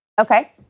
Okay